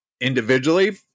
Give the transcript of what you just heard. individually